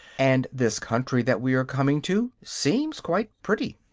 and this country that we are coming to seems quite pretty.